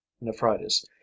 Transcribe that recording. nephritis